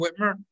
Whitmer